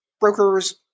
brokers